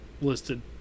listed